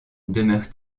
demeure